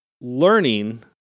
learning